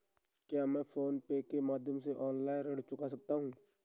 क्या मैं PhonePe के माध्यम से ऑनलाइन ऋण चुका सकता हूँ?